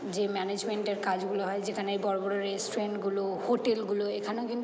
যে ম্যানেজমেন্টের কাজগুলো হয় যেখানে বড়ো বড়ো রেস্টুরেন্টগুলো হোটেলগুলো এখানেও কিন্তু